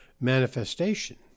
manifestation